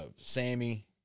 Sammy